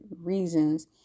reasons